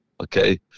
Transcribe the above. Okay